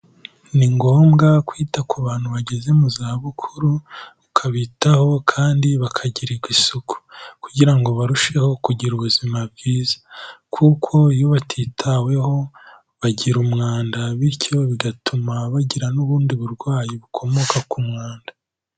Ni ngombwa kwita ku bantu bageze mu zabukuru, ukabitaho kandi bakagirwa isuku kugira ngo barusheho kugira ubuzima bwiza. Kuko iyo batitaweho bagira umwanda bityo bigatuma bagira n'ubundi burwayi bukomoka ku mwanda.